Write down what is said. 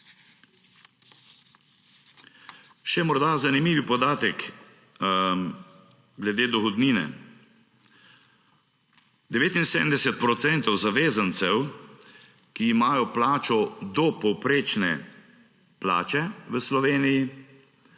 Še morda zanimiv podatek glede dohodnine. 79 procentov zavezancev, ki imajo plačo do povprečne plače v Sloveniji,